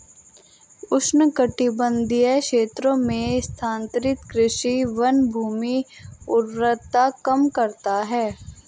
उष्णकटिबंधीय क्षेत्रों में स्थानांतरित कृषि वनभूमि उर्वरता कम करता है